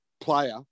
player